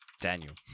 Daniel